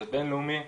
זה בינלאומי,